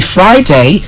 Friday